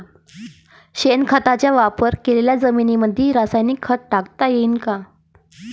शेणखताचा वापर केलेल्या जमीनीमंदी रासायनिक खत टाकता येईन का?